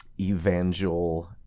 evangel